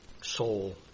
soul